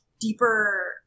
deeper